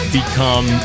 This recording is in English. become